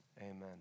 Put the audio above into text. amen